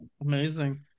amazing